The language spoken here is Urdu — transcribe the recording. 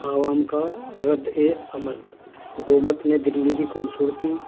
عوام کا رد عمل حکومت نے دلی کی خوبصورتی